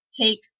take